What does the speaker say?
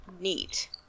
Neat